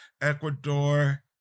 Ecuador